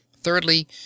Thirdly